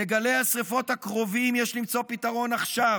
לגלי השרפות הקרובים יש למצוא פתרון עכשיו,